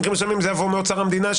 במקרים מסוימים זה יבוא מאוצר המדינה.